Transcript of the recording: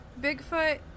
Bigfoot